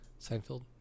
Seinfeld